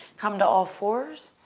come to all fours,